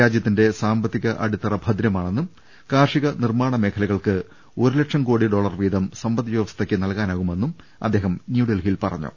രാജ്യത്തിന്റെ സാമ്പത്തിക അടിത്തറ ഭദ്രമാണെന്നും കാർഷിക നിർമ്മാണ മേഖലകൾക്ക് ഒരുലക്ഷം കോടി ഡോളർ വീതം സമ്പദ് വ്യവസ്ഥയ്ക്ക് നൽകാനാവുമെന്നും അദ്ദേഹം ന്യൂഡൽഹിയിൽ പറഞ്ഞു